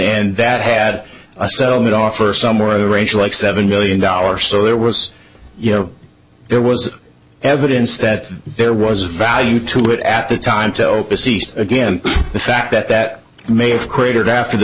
end that had a settlement offer somewhere rachel like seven million dollars so there was you know there was evidence that there was a value to it at the time to opus east again the fact that that may have created after the